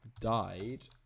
died